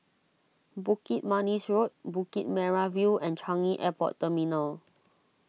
Bukit Manis Road Bukit Merah View and Changi Airport Terminal